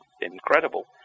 incredible